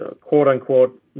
quote-unquote